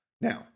now